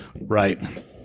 right